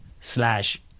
slash